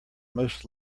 most